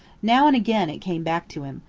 now and again it came back to him,